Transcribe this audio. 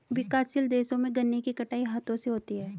विकासशील देशों में गन्ने की कटाई हाथों से होती है